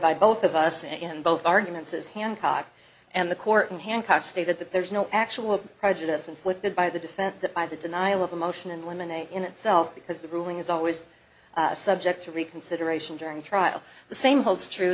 by both of us and in both arguments is hancock and the court in hancock stated that there is no actual prejudice inflicted by the defense that by the denial of a motion and eliminate in itself because the ruling is always subject to reconsideration during trial the same holds true